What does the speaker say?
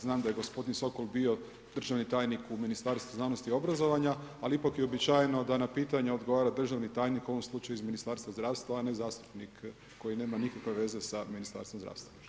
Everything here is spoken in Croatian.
Znam da je gospodin Sokol bio državni tajnik u Ministarstvu znanosti i obrazovanja, ali je ipak uobičajeno da na pitanja odgovara državni tajnik, u ovom slučaju iz Ministarstva zdravstva, a ne zastupnik koji nema nikakve veze sa Ministarstvom zdravstva.